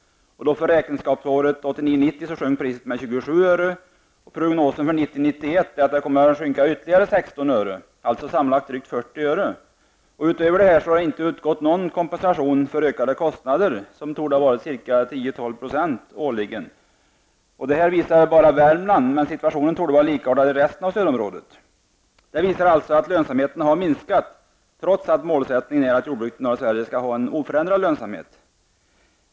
För räkenskapsåret 1989 91 är att priset kommer att sjunka ytterligare 16 öre, dvs. sammanlagt drygt 40 öre. Till detta kommer att det inte har utgått någon kompensation för ökade kostnader, vilka torde ha varit ca 10--12 % årligen. Detta är vad som gäller för Värmland, men situationen torde vara likartad i resten av stödområdet. Lönsamheten har alltså minskat, trots att målsättningen är att jordbruket i norra Sverige skall ha en oförändrad lönsamhet.